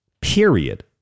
Period